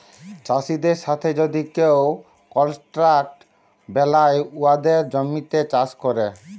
চাষীদের সাথে যদি কেউ কলট্রাক্ট বেলায় উয়াদের জমিতে চাষ ক্যরে